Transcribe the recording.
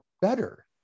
better